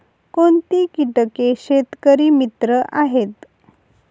कोणती किटके शेतकरी मित्र आहेत?